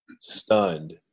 stunned